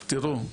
תיראו,